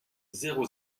zéro